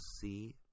see